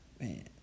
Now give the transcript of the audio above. man